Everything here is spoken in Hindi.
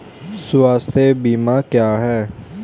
स्वास्थ्य बीमा क्या है?